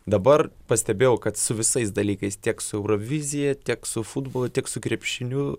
dabar pastebėjau kad su visais dalykais tiek su eurovizija tiek su futbolu tiek su krepšiniu